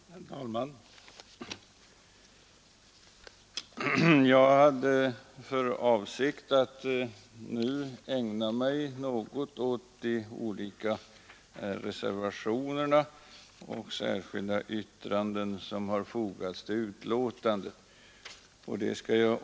Herr talman! Jag har för avsikt att något beröra de olika reservationer — utöver reservationen 1 — och särskilda yttranden som fogats till betänkandet.